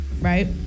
right